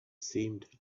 seemed